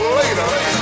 later